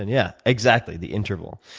and yeah exactly, the interval.